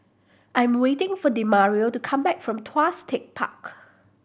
I'm waiting for Demario to come back from Tuas Tech Park